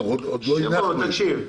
עוד לא הגשנו.